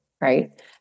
right